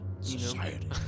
Society